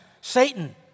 Satan